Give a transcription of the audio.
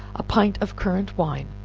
a pint of currant wine,